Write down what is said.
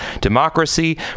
democracy